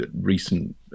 recent